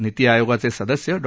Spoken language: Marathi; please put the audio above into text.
नीति आयोगाचे सदस्य डॉ